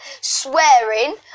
swearing